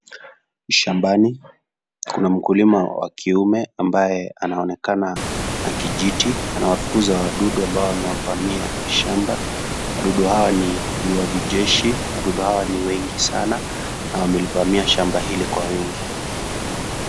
Shambani kuna mkulima wa kiume ambaye anaonekana na kijiti anawafukuza wadudu ambao amewavia shamba, wadudu hawa ni viwavi jeshi, wadudu hawa ni wengi sana na wamevamia shamba hili kwa uwingi.